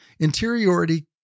Interiority